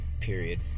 Period